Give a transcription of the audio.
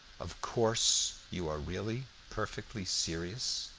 of course you are really perfectly serious?